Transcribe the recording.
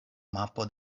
mapo